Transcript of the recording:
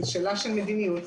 זו שאלה של מדיניות.